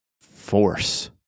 Force